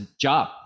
job